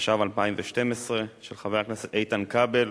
התשע"ב 2012, של חברי הכנסת איתן כבל,